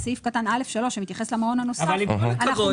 בסעיף (א3) שמתייחס למעון הנוסף אנחנו מפנים